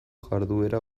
jarduera